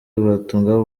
watunga